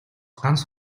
ганц